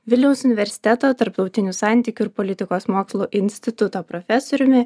vilniaus universiteto tarptautinių santykių ir politikos mokslų instituto profesoriumi